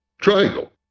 triangle